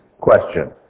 question